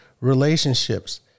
relationships